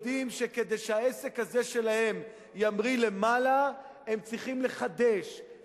יודעים שכדי שהעסק הזה שלהם ימריא למעלה הם צריכים לחדש,